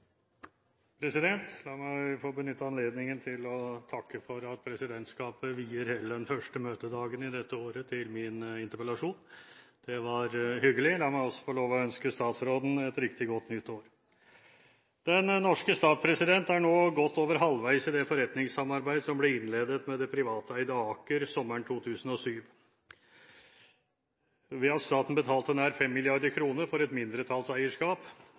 sete. La meg få benytte anledningen til å takke for at Presidentskapet vier hele den første møtedagen i dette året til min interpellasjon. Det var hyggelig. La meg også få lov til å ønske statsråden et riktig godt nytt år. Den norske stat er nå godt over halvveis i det forretningssamarbeidet som ble innledet med det privateide Aker sommeren 2007 ved at staten betalte nær 5 mrd. kr for et mindretallseierskap